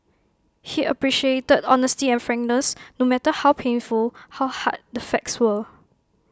he appreciated honesty and frankness no matter how painful how hard the facts were